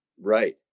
Right